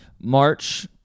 March